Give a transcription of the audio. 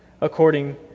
according